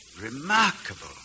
Remarkable